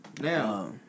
Now